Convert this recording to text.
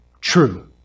true